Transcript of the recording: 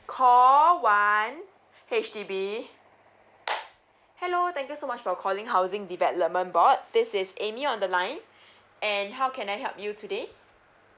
call one H_D_B hello thank you so much for calling housing development board this is amy on the line and how can I help you today